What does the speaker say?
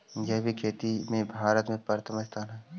जैविक खेती में भारत के प्रथम स्थान हई